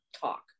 talk